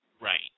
Right